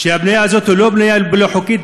שהבנייה הזאת היא לא בנייה לא חוקית,